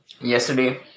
Yesterday